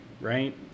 right